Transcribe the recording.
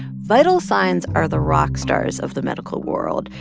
vital signs are the rock stars of the medical world.